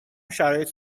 شرایط